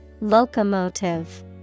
Locomotive